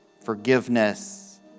forgiveness